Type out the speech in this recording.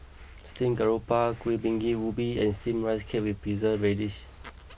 Steamed Garoupa Kuih Bingka Ubi and Steamed Rice Cake with Preserved Radish